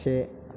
से